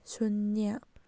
ꯁꯨꯅ꯭ꯌꯥ